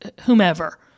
whomever